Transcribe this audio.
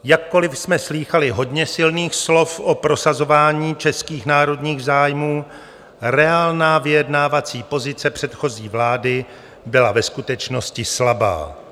Jakkoli jsme slýchali hodně silných slov o prosazování českých národních zájmů, reálná vyjednávací pozice předchozí vlády byla ve skutečnosti slabá.